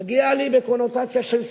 "מגיע לי" בקונוטציה של זכות,